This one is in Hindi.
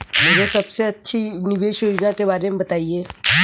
मुझे सबसे अच्छी निवेश योजना के बारे में बताएँ?